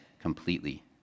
completely